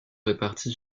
répartis